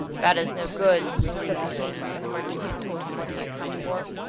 that is no good said the king, when the merchant had told him what he had come for.